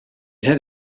had